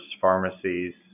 pharmacies